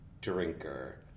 drinker